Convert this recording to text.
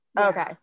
Okay